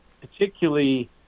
particularly